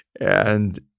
And-